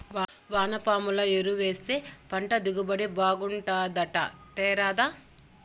వానపాముల ఎరువేస్తే పంట దిగుబడి బాగుంటాదట తేరాదా